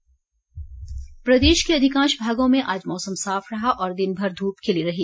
मौसम प्रदेश के अधिकांश भागों में आज मौसम साफ रहा और दिनभर धूप खिली रही